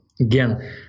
again